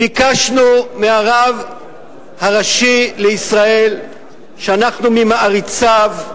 ביקשנו מהרב הראשי לישראל, שאנחנו ממעריציו,